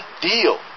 deal